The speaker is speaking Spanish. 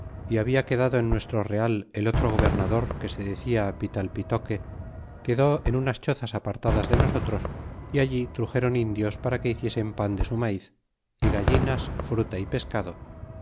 montezuma habla quedado en nuestro real el otro gobernador que se decia pitalpitoque quedó en unas chozas apartadas de nosotros y allí truxeron indios para que hiciesen pan de su maiz y gallinas fruta y pescado